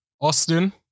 Austin